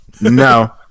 No